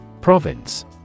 Province